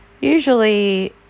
Usually